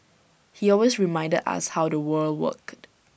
he always reminded us how the world worked